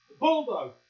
Bulldog